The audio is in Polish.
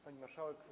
Pani Marszałek!